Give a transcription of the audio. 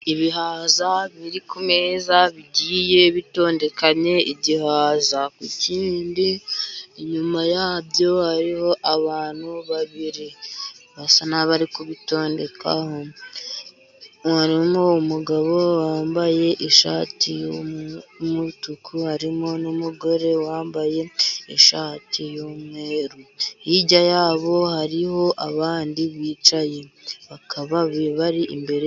Ibihaza biri ku meza bigiye bitondekanye , igihaza ku kindi. Inyuma yabyo hariho abantu babiri basa n'abari kubitondeka. Harimo umugabo wambaye ishati y'umutuku. Harimo n'umugore wambaye ishati y'umweru. Hirya yabo hariho abandi bicaye bakaba bari imbere.